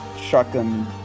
shotgun